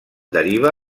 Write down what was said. deriva